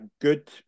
good